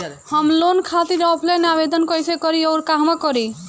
हम लोन खातिर ऑफलाइन आवेदन कइसे करि अउर कहवा करी?